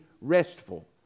restful